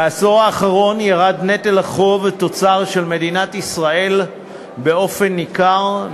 בעשור האחרון ירד נטל החוב תוצר של מדינת ישראל במידה ניכרת.